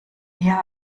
eher